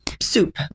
soup